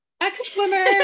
ex-swimmer